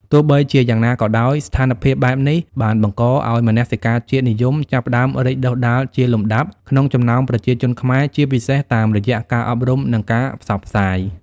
ទោះបីជាយ៉ាងណាក៏ដោយ ស្ថានភាពបែបនេះបានបង្កឱ្យមនសិការជាតិនិយមចាប់ផ្តើមរីកដុះដាលជាលំដាប់ក្នុងចំណោមប្រជាជនខ្មែរ ជាពិសេសតាមរយៈការអប់រំ និងការផ្សព្វផ្សាយ។